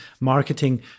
marketing